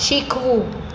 શીખવું